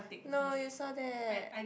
no you saw that